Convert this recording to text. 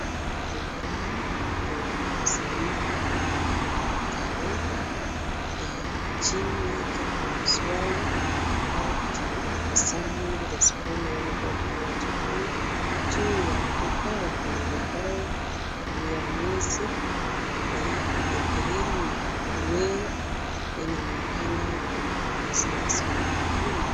Ubao mweupe wa darasani umeandikwa tarehe .Chini yake kuna swali how did samuel respond when God called him? .Juu ya ubao kuna vibao vya mwezi Aprili na Mei inaonekana ni maandishi ya somo la dini.